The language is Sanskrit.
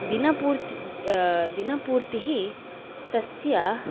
दिनपूर्तिः तस्य